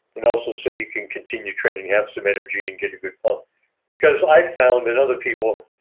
and also so you can continue training, have some energy and get a good pump because i found in other people,